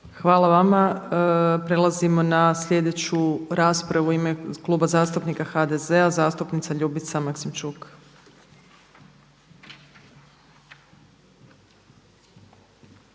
Hvala vama. Prelazimo na sljedeću raspravu. U ime Kluba zastupnika HDZ-a zastupnica Ljubica Maksimčuk.